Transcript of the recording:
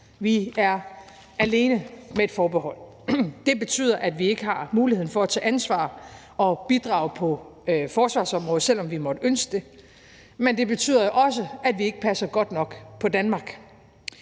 Vi er alene med et forbehold. Det betyder, at vi ikke har muligheden for at tage ansvar og bidrage på forsvarsområdet, selv om vi måtte ønske det. Men det betyder jo også, at vi ikke passer godt nok på Danmark.